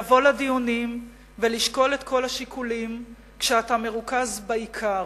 לבוא לדיונים ולשקול את כל השיקולים כשאתה מרוכז בעיקר,